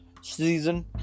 season